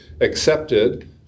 accepted